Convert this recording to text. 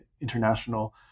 international